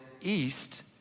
east